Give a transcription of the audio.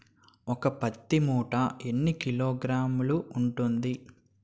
ఒక పత్తి మూట ఎన్ని కిలోగ్రాములు ఉంటుంది?